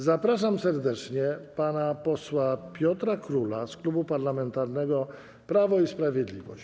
Zapraszam serdecznie pana posła Piotra Króla z Klubu Parlamentarnego Prawo i Sprawiedliwość.